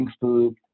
food